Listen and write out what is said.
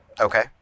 Okay